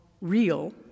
REAL